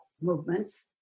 movements